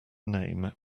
name